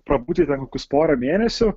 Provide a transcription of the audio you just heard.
prabūti ten kokius porą mėnesių